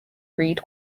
read